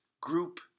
group